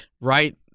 right